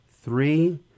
Three